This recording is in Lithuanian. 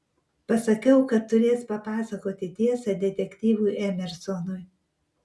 pasakiau kad turės papasakoti tiesą detektyvui emersonui